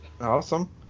Awesome